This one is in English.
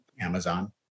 Amazon